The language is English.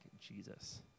Jesus